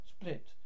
split